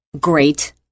Great